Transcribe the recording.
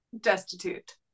destitute